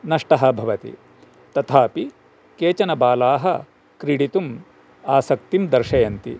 नष्टः भवति तथापि केचन बालाः क्रीडितुं आसक्तिं दर्शयन्ति